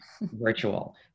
virtual